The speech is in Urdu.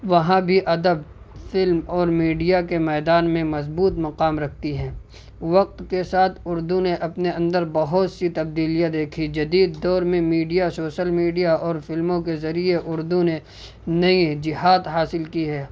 وہاں بھی ادب فلم اور میڈیا کے میدان میں مضبوط مقام رکھتی ہیں وقت کے ساتھ اردو نے اپنے اندر بہت سی تبدیلیاں دیکھی جدید دور میں میڈیا شوسل میڈیا اور فلموں کے ذریعے اردو نے نئی جہات حاصل کی ہے